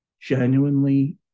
genuinely